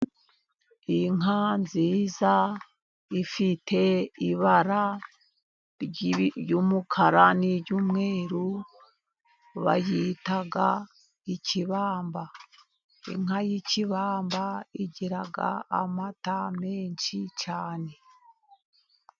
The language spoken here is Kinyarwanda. Inka nziza ifite ibara ry'umukara n'iry'umweru, bayita ikibamba. Inka y'ikibamba igira amata menshi cyane.